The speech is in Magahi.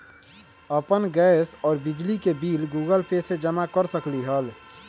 अपन गैस और बिजली के बिल गूगल पे से जमा कर सकलीहल?